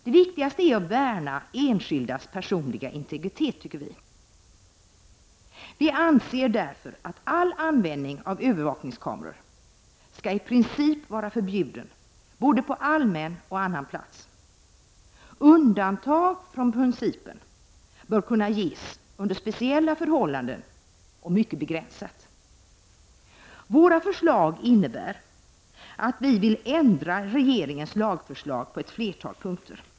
Det viktigaste är att värna enskildas personliga integritet. Vi anser därför att all användning av övervakningskameror i princip skall vara förbjuden både på allmän och på annan plats. Undantag från principen bör kunna ges under speciella förhållanden och mycket begränsat. Våra förslag innebär att vi vill ändra regeringens lagförslag på ett flertal punkter.